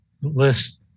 list